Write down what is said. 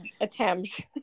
attempt